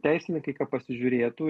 teisininkai ka pasižiūrėtų